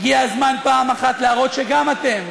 הגיע הזמן פעם אחת להראות שגם אתם,